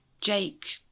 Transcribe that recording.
Jake